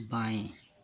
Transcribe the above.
bye